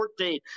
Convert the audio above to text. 14